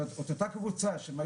את אותה קבוצה של אנשים,